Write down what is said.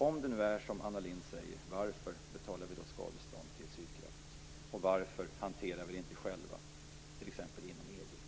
Om det nu är som Anna Lindh säger, varför betalar vi då skadestånd till Sydkraft? Varför hanterar vi det inte själva t.ex. inom EU?